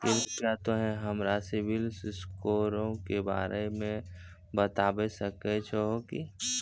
कृपया तोंय हमरा सिविल स्कोरो के बारे मे बताबै सकै छहो कि?